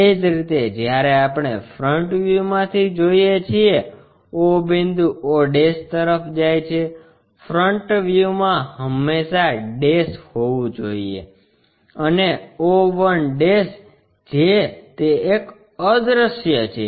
એ જ રીતે જ્યારે આપણે ફ્રન્ટ વ્યૂમાંથી જોઈએ છીએ o બિંદુ o તરફ જાય છે ફ્રન્ટ વ્યૂમાં હંમેશા ડેશ હોવું જોઈએ અને o 1 જે તે એક અદ્રશ્ય છે